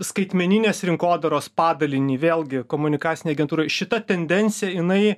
skaitmeninės rinkodaros padalinį vėlgi komunikacinėj agentūroj šita tendencija jinai